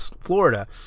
Florida